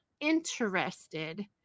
interested